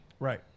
right